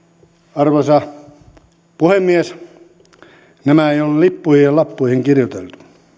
arvoisa puhemies näitä ei oltu lippuihin ja lappuihin kirjoiteltu